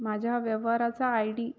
माझ्या व्यवहाराचा I D